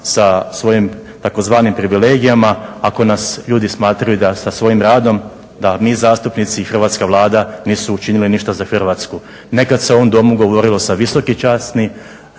sa svojim tzv. privilegijama, ako nas ljudi smatraju da sa svojim radom, da mi zastupnici i hrvatska Vlada nisu učinili ništa za Hrvatsku. Nekad se u ovom Domu govorilo sa visoki časni